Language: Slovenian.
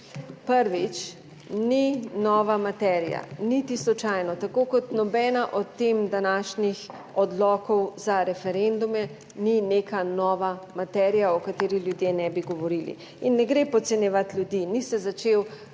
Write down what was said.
Prvič, ni nova materija niti slučajno, tako kot nobena od tem današnjih odlokov za referendume, ni neka nova materija, o kateri ljudje ne bi govorili. In ne gre podcenjevati ljudi. Ni se začela